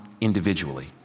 individually